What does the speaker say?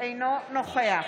אינו נוכח